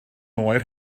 oer